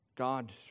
God